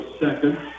second